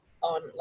on